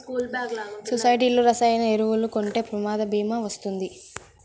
సొసైటీలో రసాయన ఎరువులు కొంటే ప్రమాద భీమా వస్తుందా?